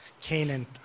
Canaan